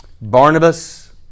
Barnabas